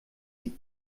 sie